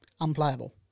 unplayable